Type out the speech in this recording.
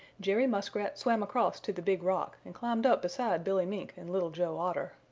jerry muskrat swam across to the big rock and climbed up beside billy mink and little joe otter.